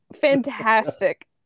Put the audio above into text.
Fantastic